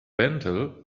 bentele